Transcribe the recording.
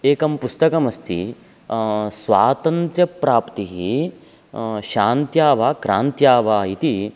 एकं पुस्तकमस्ति स्वातन्त्र्यप्राप्तिः शान्त्या वा क्रान्त्या वा इति